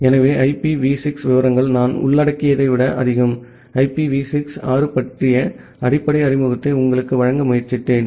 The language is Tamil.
எனவே ஐபிவி 6 விவரங்கள் நான் உள்ளடக்கியதை விட அதிகம் ஐபிவி 6 பற்றிய அடிப்படை அறிமுகத்தை உங்களுக்கு வழங்க முயற்சித்தேன்